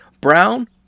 brown